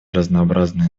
разнообразные